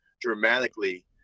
dramatically